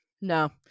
No